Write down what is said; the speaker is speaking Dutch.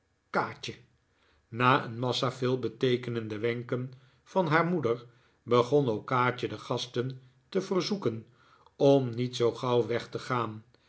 kaatje na een massa veelbeteekenende wenken van haar moeder begon ook kaatje de gasten te verzoeken om niet zoo gauw weg te gaan